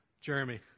Jeremy